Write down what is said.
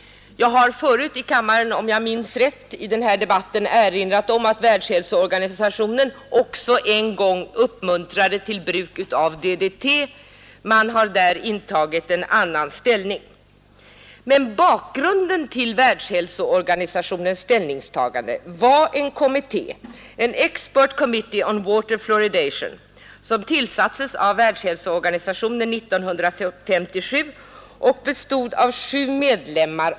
Jag har förut i kammaren, om jag minns rätt, erinrat om att Världshälsoorganisationen också en gång uppmuntrade till bruket av DDT. Men bakgrunden till Världshälsoorganisationens ställningstagande var en kommitté, den så kallade Expert committee on water fluoridation, som tillsattes av Världshälsoorganisationen 1957 och bestod av sju medlemmar.